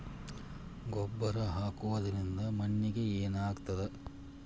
ಗೊಬ್ಬರ ಹಾಕುವುದರಿಂದ ಮಣ್ಣಿಗೆ ಏನಾಗ್ತದ?